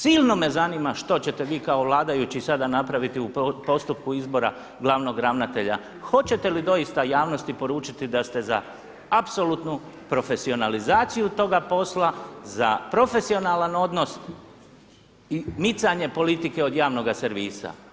Silno me zanima što ćete vi kao vladajući sada napraviti u postupku izbora glavnog ravnatelja, hoćete li doista javnosti poručiti da ste za apsolutnu profesionalizaciju toga posla, za profesionalan odnos i micanje politike od javnoga servisa.